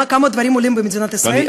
כמה דברים עולים במדינת ישראל,